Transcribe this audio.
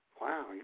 Wow